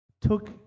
took